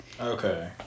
Okay